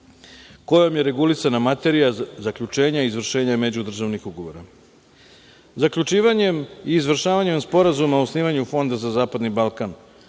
kojom je regulisana materija zaključenja i izvršenja međudržavnih ugovora. Zaključivanjem i izvršavanjem Sporazuma o osnivanju Fonda za zapadni Balkan